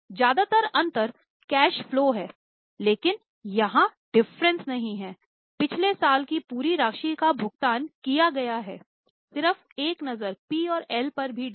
ज्यादातर अंतर cash flow हैलेकिन यहाँ यह डिफरेंस नहीं है पिछले साल की पूरी राशि का भुगतान किया गया है सिर्फ एक नजर पी और एल पर भी डाले